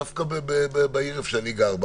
דווקא בעיר, איפה שאני גר,